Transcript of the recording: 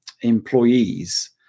employees